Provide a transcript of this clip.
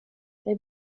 they